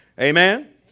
Amen